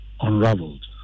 unraveled